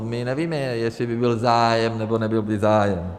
My nevíme, jestli by byl zájem, nebo by nebyl zájem.